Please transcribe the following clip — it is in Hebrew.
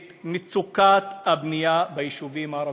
את מצוקת הבנייה ביישובים הערביים.